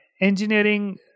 engineering